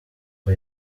ngo